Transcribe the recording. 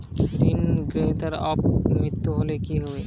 ঋণ গ্রহীতার অপ মৃত্যু হলে কি হবে?